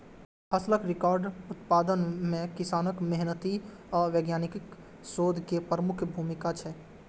फसलक रिकॉर्ड उत्पादन मे किसानक मेहनति आ वैज्ञानिकक शोध केर प्रमुख भूमिका छै